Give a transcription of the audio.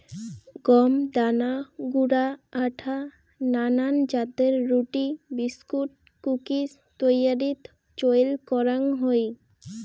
গম দানা গুঁড়া আটা নানান জাতের রুটি, বিস্কুট, কুকিজ তৈয়ারীত চইল করাং হই